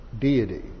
deity